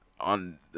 on